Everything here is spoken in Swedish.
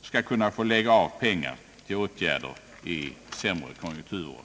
skall få lägga av pengar till åtgärder i sämre konjunkturer.